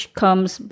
comes